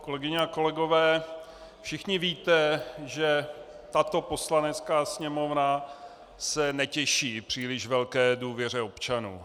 Kolegyně a kolegové, všichni víte, že tato Poslanecká sněmovna se netěší příliš velké důvěře občanů.